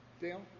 Dale